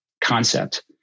concept